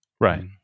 Right